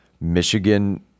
Michigan